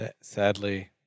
Sadly